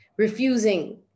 Refusing